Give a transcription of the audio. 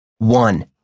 One